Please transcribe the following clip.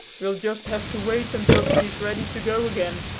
we'll just have to wait until she is ready to go again.